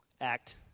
Act